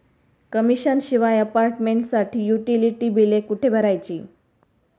Commission शिवाय अपार्टमेंटसाठी utility बिले कुठे भरायची?